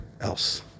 else